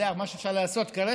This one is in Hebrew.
אכן